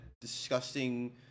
disgusting